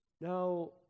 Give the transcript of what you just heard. Now